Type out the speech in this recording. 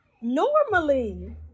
Normally